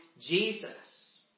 Jesus